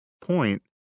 point